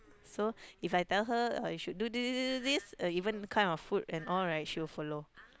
so If I tell her I should do this this this this this uh even kind of food and all right she will follow